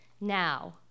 Now